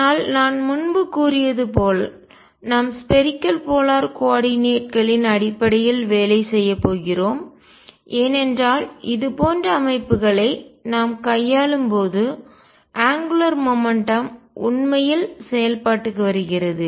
ஆனால் நான் முன்பு கூறியது போல் நாம் ஸ்பேரிக்கல் போலார் கோள துருவ கோஆர்டினேட் ஆயத்தொகுதி களின் அடிப்படையில் வேலை செய்யப் போகிறோம் ஏனென்றால் இதுபோன்ற அமைப்புகளை நாம் கையாளும் போது அங்குலார் மொமெண்ட்டம் கோண உந்தம் உண்மையில் செயல்பாட்டுக்கு வருகிறது